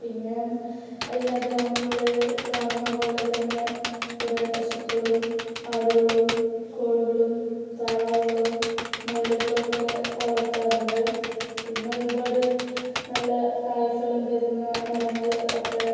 പിന്നേയും എല്ലാ ഗ്രാമങ്ങളിൽ കാണുന്നപോലെതന്നെ കുറേ പശുക്കളും ആടുകളും കോഴികളും താറാവുകളും മുയലുകളൊക്കെ വളർത്താറുണ്ട് പിന്നെ ഒരുപാട് നല്ല കായ്ഫലം തരുന്ന മരങ്ങൾ ഒക്കെ